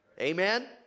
Amen